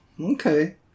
Okay